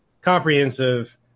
comprehensive